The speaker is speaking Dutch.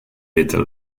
witte